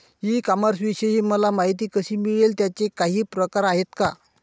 E कॉमर्सविषयी मला माहिती कशी मिळेल? त्याचे काही प्रकार आहेत का?